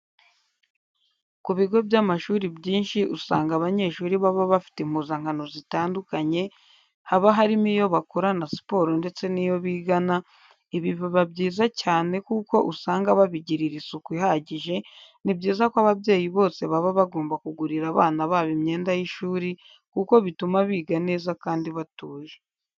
Ku bigo by'amashuri byinshi usanga abanyeshuri baba bafite impuzankano zitandukanye haba harimo iyo bakorana siporo ndetse n'iyo bigana, ibi biba byiza cyane kuko usanga babigirira isuku ihagije, ni byiza ko ababyeyi bose baba bagomba kugurira abana babo imyenda y'ishuri kuko bituma biga neza kandi batuje.